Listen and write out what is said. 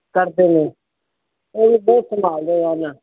ਕਰਦੇ ਨੇ ਸੰਭਾਲਦੇ ਹਨ